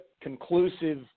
conclusive